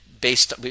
based